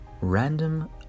random